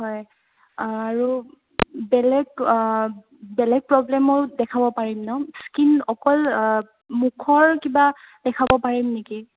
হয় আৰু বেলেগ বেলেগ প্ৰব্লেমৰ দেখাব পাৰিম ন স্কীন অকল মুখৰ কিবা দেখাব পাৰিম নেকি